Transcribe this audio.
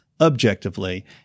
objectively